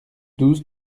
douze